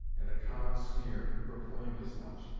and a common sneer proclaimed as much,